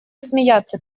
смеяться